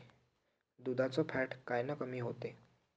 दुधाचं फॅट कायनं कमी होते?